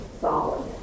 solid